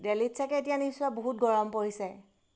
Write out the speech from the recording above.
দেলহিত ছাগৈ এতিয়া নিশ্চয় বহুত গৰম পৰিছে